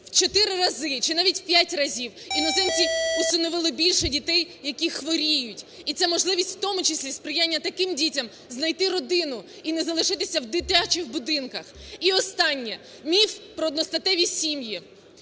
рази чи навіть в п'ять разів іноземці усиновили більше дітей, які хворіють. І це можливість, в тому числі, сприяння таким дітям знайти родину і не залишитися в дитячих будинках. І останнє. Міф про одностатеві сім'ї.